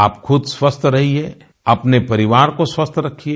आप खुद स्वस्थ रहिए अपने परिवार को स्वस्थ रखिए